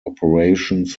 operations